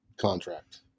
contract